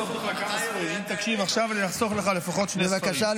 אם תקשיב עכשיו, זה יחסוך לך לפחות שני ספרים.